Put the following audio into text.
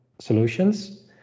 solutions